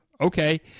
okay